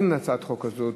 אין הצעת חוק כזאת,